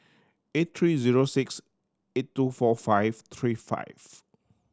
eight three zero six eight two four five three five